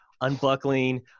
unbuckling